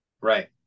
Right